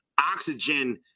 oxygen